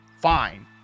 fine